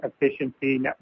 efficiency